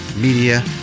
media